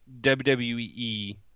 WWE